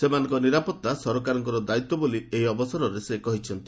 ସେମାନଙ୍କ ନିରାପତ୍ତା ସରକାରଙ୍କ ଦାୟିତ୍ୱ ବୋଲି ଏହି ଅବସରରେ ସେ କହିଛନ୍ତି